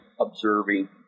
observing